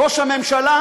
ראש הממשלה